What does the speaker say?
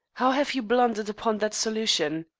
how have you blundered upon that solution?